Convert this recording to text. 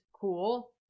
cool